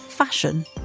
fashion